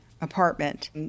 apartment